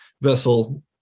vessel